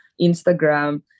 Instagram